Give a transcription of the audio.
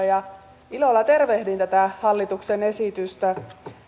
ja ilolla tervehdin tätä hallituksen esitystä